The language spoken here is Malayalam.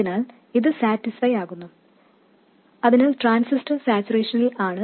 അതിനാൽ വ്യക്തമായും ഇത് നിറവേറ്റുന്നു അതിനാൽ ട്രാൻസിസ്റ്റർ സാച്ചുറേഷനിൽ ആണ്